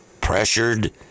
pressured